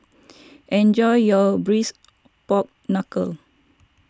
enjoy your Braised Pork Knuckle